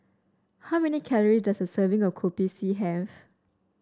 how many calorie does a serving of Kopi C have